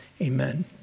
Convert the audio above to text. amen